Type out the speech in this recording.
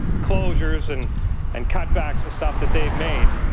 closures and and cutbacks and stuff that they've made.